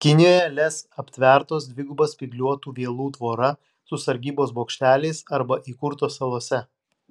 kinijoje lez aptvertos dviguba spygliuotų vielų tvora su sargybos bokšteliais arba įkurtos salose